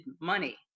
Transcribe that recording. money